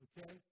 okay